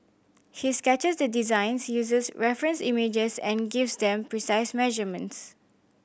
he sketches the designs uses reference images and gives them precise measurements